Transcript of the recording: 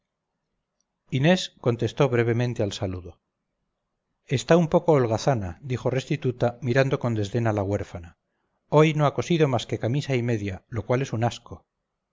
inés contestó brevemente al saludo está un poco holgazana dijo restituta mirando con desdén a la huérfana hoy no ha cosido más que camisa y media lo cual es un asco